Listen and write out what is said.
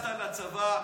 ספר למה לא התגייסת לצבא,